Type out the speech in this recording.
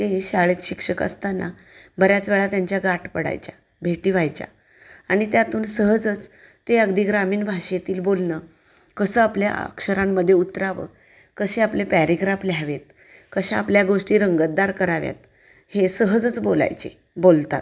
ते शाळेत शिक्षक असताना बऱ्याच वेळा त्यांच्या गाठ पडायच्या भेटी व्हायच्या आणि त्यातून सहजच ते अगदी ग्रामीण भाषेतील बोलणं कसं आपल्या अक्षरांमध्ये उतरावं कसे आपले पॅरेग्राफ लिहावेत कशा आपल्या गोष्टी रंगतदार कराव्यात हे सहजच बोलायचे बोलतात